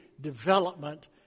development